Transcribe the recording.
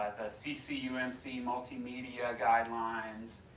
ccumc multimedia guidelines,